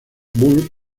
bull